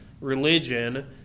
religion